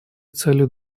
целью